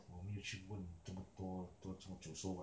我没有去问这么多做多久 so [what]